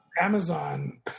Amazon